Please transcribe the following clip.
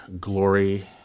glory